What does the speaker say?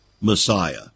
Messiah